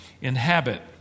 inhabit